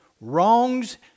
wrongs